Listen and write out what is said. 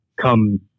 come